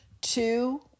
two